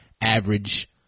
average